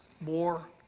more